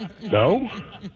No